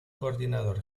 coordinador